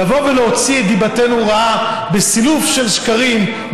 להוציא את דיבתנו רעה בסילוף של שקרים,